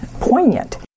poignant